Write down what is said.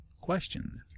questioned